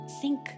Sink